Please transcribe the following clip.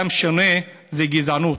דם שונה זה גזענות,